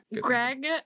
Greg